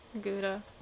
Gouda